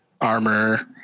armor